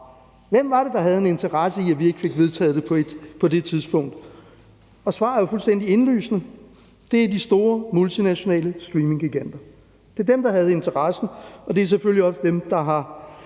Hvem var det, der havde en interesse i, at vi ikke fik vedtaget det på det tidspunkt? Og svaret er jo fuldstændig indlysende: Det er de store multinationale streaminggiganter. Det er dem, der havde interessen, og det er selvfølgelig også dem, der har